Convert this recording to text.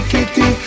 Kitty